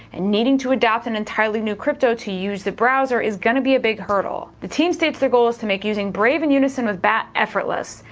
and needing to adopt an entirely new crypto to use the browser is gonna be a big hurdle. the team states their goal is to make using brave and unison with bat effortless,